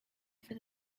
for